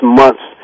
months